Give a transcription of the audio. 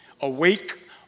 Awake